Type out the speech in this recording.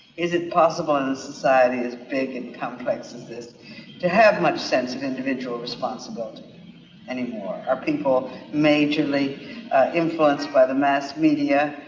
is it possible in a society as big and complex as this to have much sense of individual responsibility anymore? are people majorly influenced by the mass media,